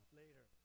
later